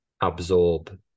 absorb